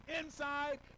inside